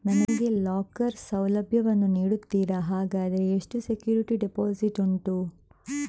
ನನಗೆ ಲಾಕರ್ ಸೌಲಭ್ಯ ವನ್ನು ನೀಡುತ್ತೀರಾ, ಹಾಗಾದರೆ ಎಷ್ಟು ಸೆಕ್ಯೂರಿಟಿ ಡೆಪೋಸಿಟ್ ಉಂಟು?